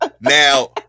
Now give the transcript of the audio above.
Now